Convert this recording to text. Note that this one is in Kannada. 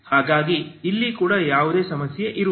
ಹಾಗಾಗಿ ಇಲ್ಲಿ ಕೂಡ ಯಾವುದೇ ಸಮಸ್ಯೆ ಇರುವುದಿಲ್ಲ